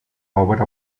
obra